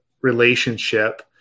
relationship